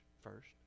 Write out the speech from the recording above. first